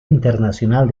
internacional